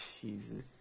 Jesus